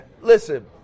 Listen